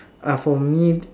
uh for me